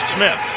Smith